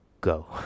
go